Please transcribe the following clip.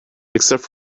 except